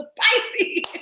spicy